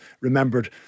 remembered